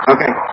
Okay